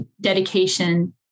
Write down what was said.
dedication